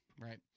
right